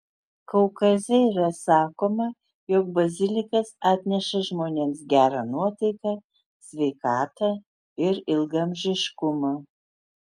kaukaze yra sakoma jog bazilikas atneša žmonėms gerą nuotaiką sveikatą ir ilgaamžiškumą